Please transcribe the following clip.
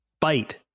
Bite